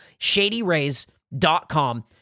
ShadyRays.com